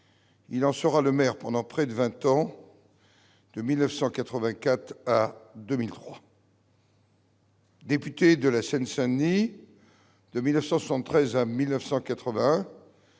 il sera maire pendant près de vingt ans, de 1984 à 2003. Député de la Seine-Saint-Denis de 1973 à 1981,